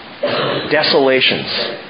desolations